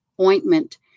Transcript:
ointment